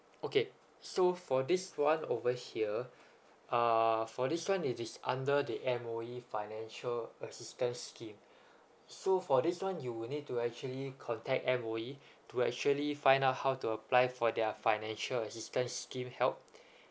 okay so for this one over here uh for this one it is under the M_O_E financial assistance scheme so for this one you will need to actually contact M_O_E to actually find out how to apply for their financial assistance scheme help